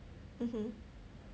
mmhmm